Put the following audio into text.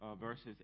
verses